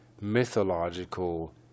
mythological